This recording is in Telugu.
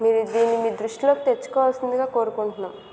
మీరు దీనిని మీ దృష్టిలో తెచ్చుకోవాల్సిందిగా కోరుకుంటున్నాను